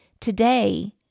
today